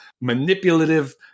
manipulative